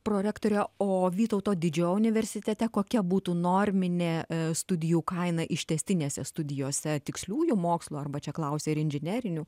prorektore o vytauto didžiojo universitete kokia būtų norminė studijų kaina ištęstinėse studijose tiksliųjų mokslų arba čia klausia ir inžinerinių